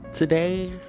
Today